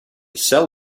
sell